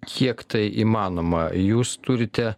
kiek tai įmanoma jūs turite